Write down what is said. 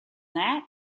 that